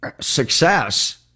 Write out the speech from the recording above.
success